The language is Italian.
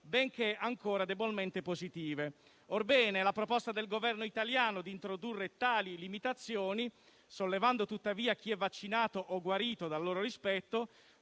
benché ancora debolmente positive; orbene, la proposta del Governo italiano di introdurre tali limitazioni (sollevando tuttavia chi è vaccinato o guarito dal loro rispetto)